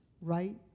right